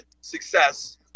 success